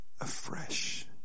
afresh